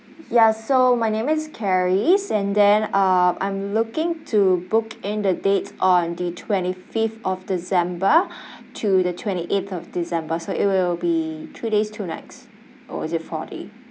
ya so my name is charis and then uh I'm looking to book in the date on the twenty fifth of december to the twenty eighth of december so it will be two days two nights or is it four days